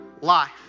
life